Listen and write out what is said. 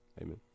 Amen